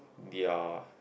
their